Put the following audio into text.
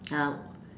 ah